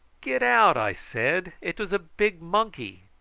get out! i said it was a big monkey.